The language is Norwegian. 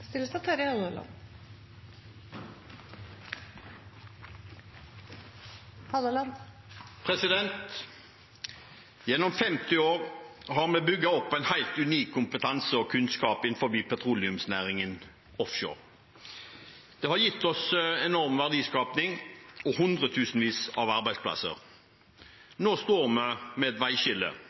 største næring. Terje Halleland – til oppfølgingsspørsmål. Gjennom 50 år har vi bygd opp en helt unik kompetanse og kunnskap innenfor petroleumsnæringen offshore. Det har gitt oss enorm verdiskaping og hundretusenvis av arbeidsplasser. Nå står